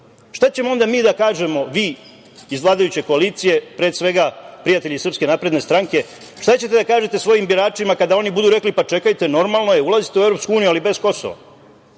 Šta ćemo onda mi da kažemo? Vi iz vladajuće koalicije, pre svega, prijatelji SNS, šta ćete da kažete svojim biračima kada oni budu rekli – čekajte, normalno je, ulazite u EU, ali bez Kosova? Mi